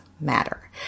matter